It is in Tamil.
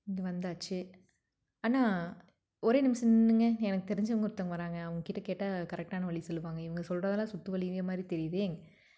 இங்கே வந்தாச்சு அண்ணா ஒரே நிமிஷம் நின்னுங்க எனக்கு தெரிஞ்சவங்க ஒருத்தங்க வர்றாங்க அவங்க கிட்டே கேட்டால் கரெக்டான வழி சொல்வாங்க இவங்க சொல்கிறதெல்லாம் சுற்று வழி மாதிரி தெரியுது